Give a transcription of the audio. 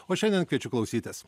o šiandien kviečiu klausytis